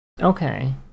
Okay